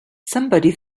somebody